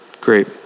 Great